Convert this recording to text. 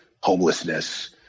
homelessness